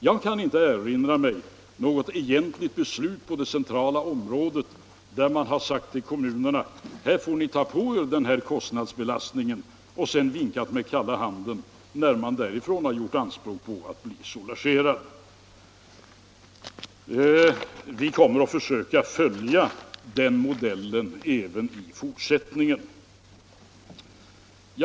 Jag kan inte erinra mig något egentligt beslut på det centrala planet som inneburit att vi lagt på kommunerna en uppgift och sedan vinkat med kalla handen när dessa gjort anspråk på att bli soulagerade. Vi kommer att försöka tillämpa den modellen även i fortsättningen.